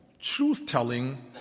truth-telling